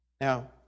Now